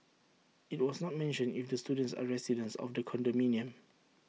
IT was not mentioned if the students are residents of the condominium